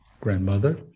grandmother